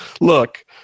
look